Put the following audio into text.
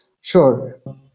Sure